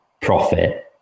profit